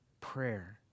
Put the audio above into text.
prayer